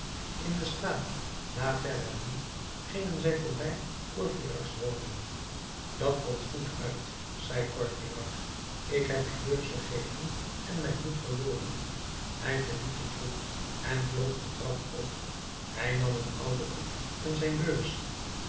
in de straat la verrerie gingen zij voorbij courfeyracs woning dat komt goed uit zei courfeyrac ik heb mijn beurs vergeten en mijn hoed verloren hij verliet den troep en vloog de trap op hij nam een ouden hoed en zijn beurs